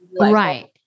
Right